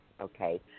Okay